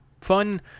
fun